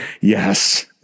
Yes